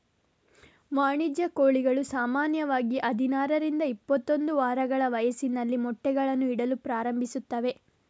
ವಾಣಿಜ್ಯ ಕೋಳಿಗಳು ಸಾಮಾನ್ಯವಾಗಿ ಹದಿನಾರರಿಂದ ಇಪ್ಪತ್ತೊಂದು ವಾರಗಳ ವಯಸ್ಸಿನಲ್ಲಿ ಮೊಟ್ಟೆಗಳನ್ನು ಇಡಲು ಪ್ರಾರಂಭಿಸುತ್ತವೆ